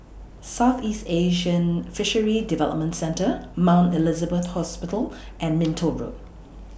Southeast Asian Fisheries Development Centre Mount Elizabeth Hospital and Minto Road